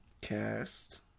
Cast